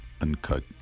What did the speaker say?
Uncut